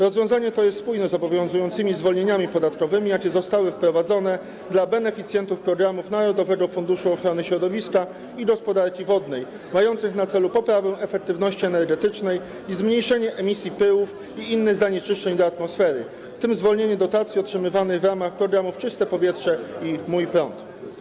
Rozwiązanie to jest spójne z obowiązującymi zwolnieniami podatkowymi dla beneficjentów programów Narodowego Funduszu Ochrony Środowiska i Gospodarki Wodnej mających na celu poprawę efektywności energetycznej i zmniejszenie emisji pyłów i innych zanieczyszczeń do atmosfery, w tym chodzi o zwolnienie z podatku dotacji otrzymywanych w ramach programów „Czyste powietrze” i „Mój prąd”